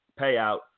payout